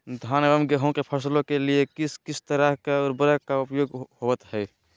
धान एवं गेहूं के फसलों के लिए किस किस तरह के उर्वरक का उपयोग होवत है?